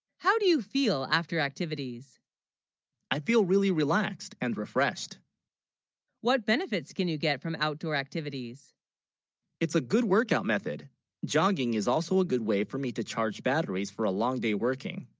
how, do you feel, after activities i feel really relaxed and refreshed what benefits can, you get from outdoor activities it's a good, workout method jogging is also a good way for me to charge batteries for a long day working